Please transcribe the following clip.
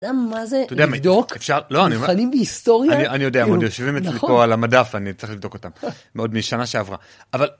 אתה יודע מה זה לבדוק? אתה יודע... אפשר? לא, אני אומר... - מבחנים בהיסטוריה? - אני... אני יודע, הם עוד יושבים אצלי פה על המדף ואני צריך לבדוק אותם, עוד משנה שעברה. אבל...